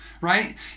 Right